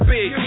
Big